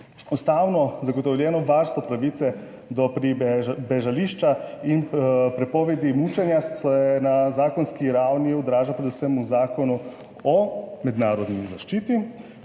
Ustavno zagotovljeno varstvo pravice do pribežališča in prepovedi mučenja se na zakonski ravni odraža predvsem v Zakonu o mednarodni zaščiti.